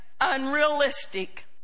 unrealistic